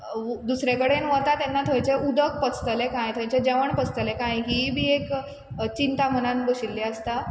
वू दुसरे कडेन वता तेन्ना थंयचें उदक पचतलें काय थंयचें जेवण पचतलें काय हीय बी एक चिंता मनान बशिल्ली आसता